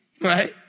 right